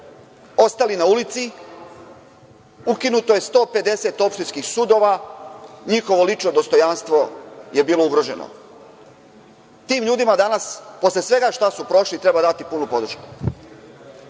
ostali na ulici, ukinuto je 150 opštinskih sudova, njihovo lično dostojanstvo je bilo ugroženo. Tim ljudima danas, posle svega šta su prošli, treba dati punu podršku. Danas